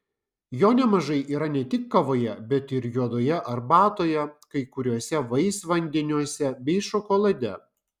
jo nemažai yra ne tik kavoje bet ir juodoje arbatoje kai kuriuose vaisvandeniuose bei šokolade